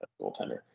goaltender